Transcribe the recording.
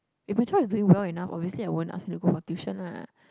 if my child is doing well enough obviously I won't ask him to go for tuition lah